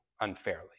unfairly